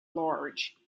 large